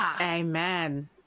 amen